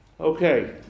okay